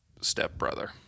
stepbrother